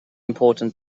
important